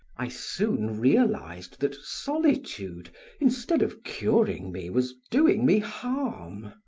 i soon realized that solitude instead of curing me was doing me harm,